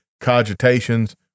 cogitations